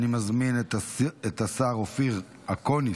אני מזמין את השר אופיר אקוֹניס.